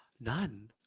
None